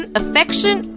affection